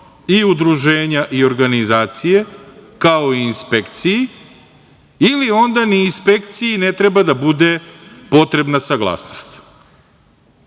i udruženja i organizacije, kao i inspekciji, ili onda ni inspekciji ne treba da bude potrebna saglasnost. Ovakva